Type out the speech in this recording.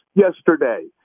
yesterday